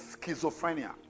schizophrenia